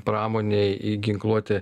pramonę į ginkluotę